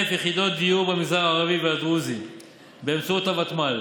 יחידות דיור במגזר הערבי והדרוזי באמצעות הוותמ"ל